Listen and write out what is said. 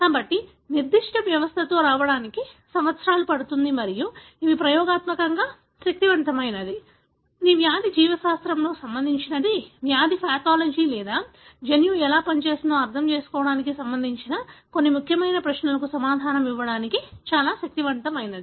కాబట్టి నిర్దిష్ట వ్యవస్థతో రావడానికి సంవత్సరాలు పడుతుంది మరియు ఇవి ప్రయోగాత్మకంగా శక్తివంతమైనవి వ్యాధి జీవశాస్త్రం వ్యాధి పాథాలజీ లేదా జన్యువు ఎలా పనిచేస్తుందో అర్థం చేసుకోవడానికి సంబంధించిన కొన్ని ముఖ్యమైన ప్రశ్నలకు సమాధానం ఇవ్వడానికి చాలా శక్తివంతమైనవి